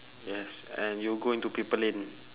yes and you go into people lane